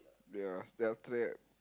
yeah then after that